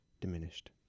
diminished